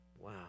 Wow